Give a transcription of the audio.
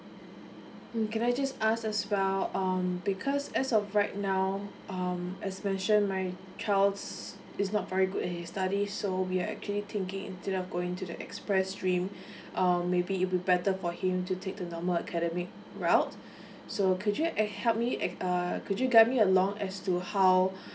mm can I just ask as well um because as of right now um as mentioned my child's he's not very good in his study so we're actually thinking into the going to the express stream um maybe it'll be better for him to take the normal academic route so could you act~ help me act~ err could you guide me along as to how